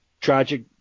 tragic